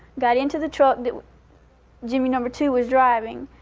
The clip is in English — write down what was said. got into the truck that jimmy number two was driving,